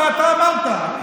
אתה אמרת.